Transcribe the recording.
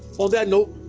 on that note,